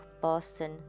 Boston